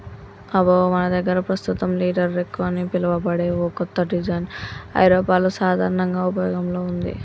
అబ్బో మన దగ్గర పస్తుతం రీటర్ రెక్ అని పిలువబడే ఓ కత్త డిజైన్ ఐరోపాలో సాధారనంగా ఉపయోగంలో ఉంది